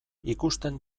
ikusten